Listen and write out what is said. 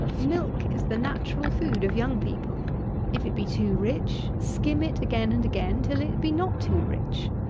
milk is the natural food of young people if it be too rich, skim it again and again till it be not too rich.